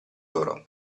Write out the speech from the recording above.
loro